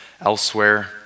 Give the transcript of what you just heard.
elsewhere